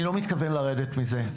אני לא מתכוון לרדת מזה.